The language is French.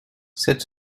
sept